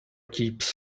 keeps